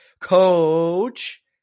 Coach